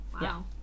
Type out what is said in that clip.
wow